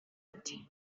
ati